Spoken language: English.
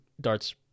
darts